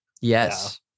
Yes